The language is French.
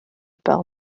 par